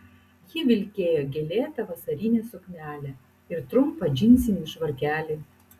ji vilkėjo gėlėtą vasarinę suknelę ir trumpą džinsinį švarkelį